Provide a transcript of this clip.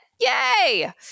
Yay